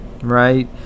right